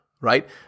right